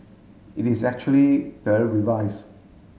it is actually the revise